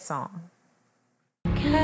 Song